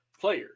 player